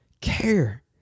care